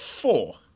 Four